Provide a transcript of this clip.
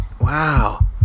Wow